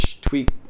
tweak